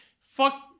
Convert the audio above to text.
Fuck